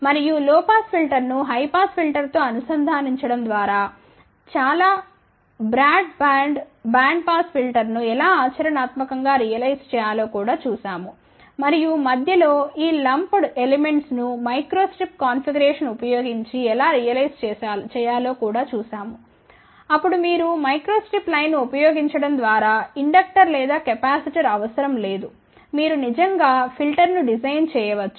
మరియు low pass ఫిల్టర్ను high pass ఫిల్టర్తో అనుసంధానించడం ద్వారా చాలా బ్రాడ్ బ్యాండ్బ్యాండ్ పాస్ ఫిల్టర్ను ఎలా ఆచరణాత్మకం గా రియలైజ్ చేయాలో కూడా చూశాము మరియు మధ్య లో ఈ లంప్డ్ ఎలిమెంట్స్ ను మైక్రోస్ట్రిప్ కాన్ఫిగరేషన్ ఉపయోగించి ఎలా రియలైజ్ చేయాలో కూడా చూశాము అప్పుడు మీరు మైక్రోస్ట్రిప్ లైన్ను ఉపయోగించడం ద్వారా ఇండక్టర్ లేదా కెపాసిటర్ అవసరం లేదు మీరు నిజంగా ఫిల్టర్ ను డిజైన్ చేయ వచ్చు